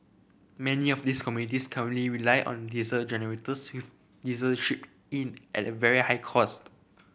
many of these communities currently rely on diesel generators with diesel shipped in at very high cost